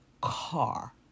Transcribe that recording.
car